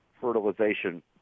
fertilization